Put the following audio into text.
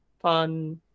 fun